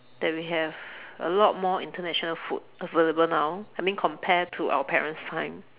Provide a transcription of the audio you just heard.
that we have a lot more international food available now I mean compared to our parents time